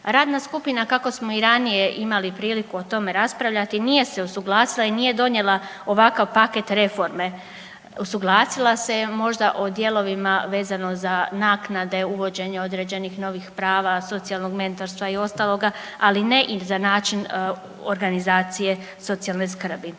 Radna skupina kako smo i ranije imali priliku o tome raspravljati nije se usuglasila i nije donijela ovakav paket reforme. Usuglasila se možda o dijelovima vezano za naknade, uvođenje određenih novih prava, socijalnog mentorstva i ostaloga, ali ne i za način organizacije socijalne skrbi.